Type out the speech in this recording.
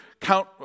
count